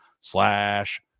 slash